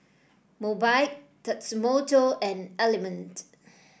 Mobike Tatsumoto and Element